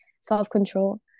self-control